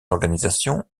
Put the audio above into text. organisations